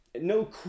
No